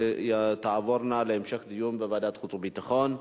תעבורנה להמשך דיון בוועדת חוץ וביטחון.